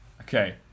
Okay